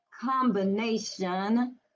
combination